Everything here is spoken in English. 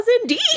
indeed